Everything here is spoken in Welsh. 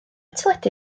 teledu